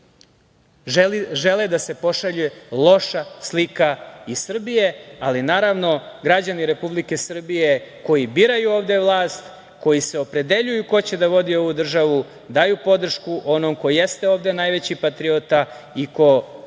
žele da se pošalje loša slika iz Srbije, ali naravno građani Republike Srbije koji biraju ovde vlast, koji se opredeljuju ko će da vodi ovu državu, daju podršku onom koji jeste ovde najveći patriota i ko